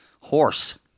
Horse